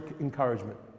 encouragement